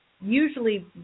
usually